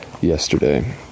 Yesterday